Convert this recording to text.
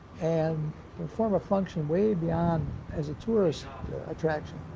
and perform a function way beyond as a tourist attraction.